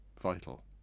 vital